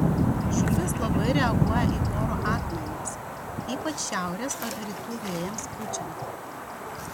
žuvys labai reaguoja į oro atmainas ypač šiaurės ar rytų vėjams pučiant